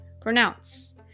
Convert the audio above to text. pronounce